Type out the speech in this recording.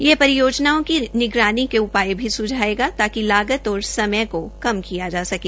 यह परियोजनाओं की निगरानी के उपाय भी सुझायेगा ताकि लागत और समय को कम किया जा सके